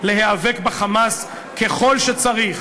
להיאבק ב"חמאס" ככל שצריך,